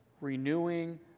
renewing